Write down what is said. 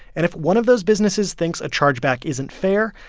and if one of those businesses thinks a chargeback isn't fair,